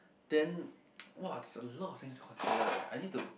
then !wah! there's a lot of things to consider eh I need to